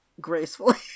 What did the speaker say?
gracefully